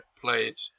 played